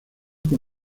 con